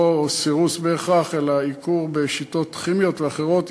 לא סירוס בהכרח, אלא עיקור בשיטות כימיות ואחרות.